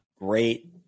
great